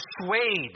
persuade